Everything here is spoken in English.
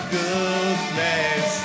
goodness